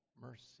mercy